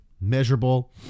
measurable